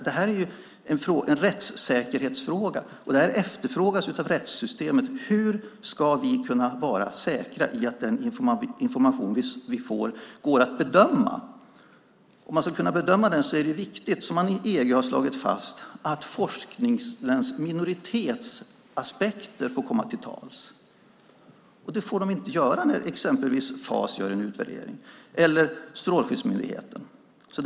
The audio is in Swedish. Det här är en rättssäkerhetsfråga och något som efterfrågas av rättssystemet: Hur ska vi vara säkra på att den information vi får går att bedöma? Om man ska kunna bedöma det är det viktigt, som man har slagit fast i EG, att forskningens minoritetsaspekter får komma till tals. Det får de inte när till exempel Fas eller Strålskyddsmyndigheten gör en utvärdering.